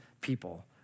people